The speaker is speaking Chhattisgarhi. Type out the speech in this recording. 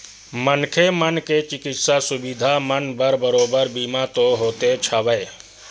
मनखे मन के चिकित्सा सुबिधा मन बर बरोबर बीमा तो होतेच हवय